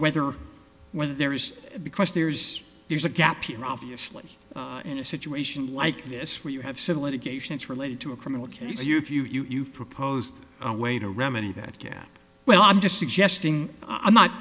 whether whether there is because there's there's a gap you're obviously in a situation like this where you have civil litigation it's related to a criminal case you if you've proposed a way to remedy that gap well i'm just suggesting i'm not